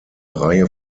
reihe